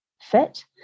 fit